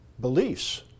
beliefs